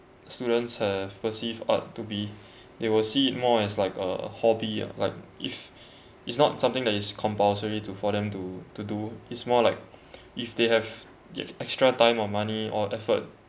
students have perceived art to be they will see it more as like a hobby ya like if it's not something that is compulsory to for them to to do it's more like if they have the extra time or money or effort